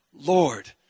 Lord